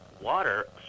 water